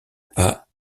pas